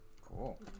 Cool